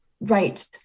Right